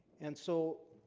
and so